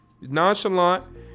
Nonchalant